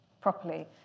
properly